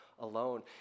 alone